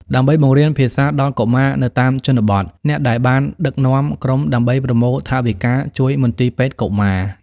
ដើម្បីបង្រៀនភាសាដល់កុមារនៅតាមជនបទ ឬអ្នកដែលបានដឹកនាំក្រុមដើម្បីប្រមូលថវិកាជួយមន្ទីរពេទ្យកុមារ។